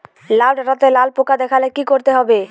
লাউ ডাটাতে লাল পোকা দেখালে কি করতে হবে?